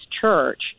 church